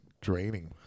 draining